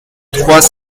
trois